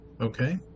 okay